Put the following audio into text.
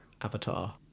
avatar